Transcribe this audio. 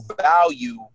value